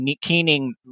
keening